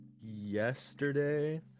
yesterday